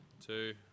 two